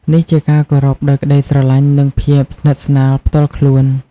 នេះជាការគោរពដោយក្តីស្រឡាញ់ និងភាពស្និទ្ធស្នាលផ្ទាល់ខ្លួន។